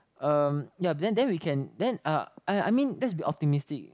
um yeah then then we can then uh I I mean let's be optimistic